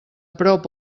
prop